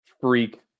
freak